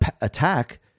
attack